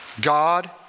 God